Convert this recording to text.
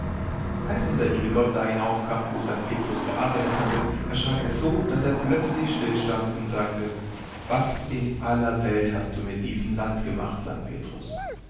als nun der liebe gott da hinaufkam wo sankt petrus gearbeitet hatte erschrak er so daß er plötzlich still stand und sagte was in aller welt hast du mit diesem lande gemacht